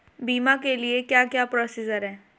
बीमा के लिए क्या क्या प्रोसीजर है?